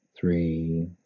three